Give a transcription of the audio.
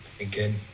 again